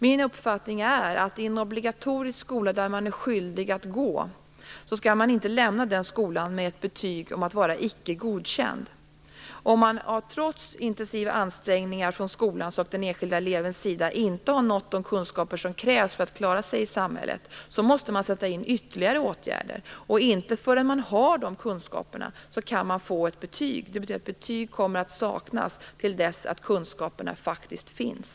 Min uppfattning är att en obligatorisk skola där man är skyldig att gå skall man inte lämna med ett betyg som säger att man är icke godkänd. Om eleven, trots intensiva ansträngningar från skolans och den enskilda elevens sida, inte har nått de kunskaper som krävs för att klara sig i samhället måste man sätta in ytterligare åtgärder, och inte förrän man har de kunskaperna kan man få ett betyg. Betyg kommer alltså att saknas till dess att kunskaperna faktiskt finns.